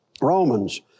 Romans